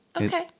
okay